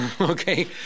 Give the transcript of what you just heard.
okay